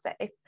safe